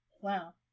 Wow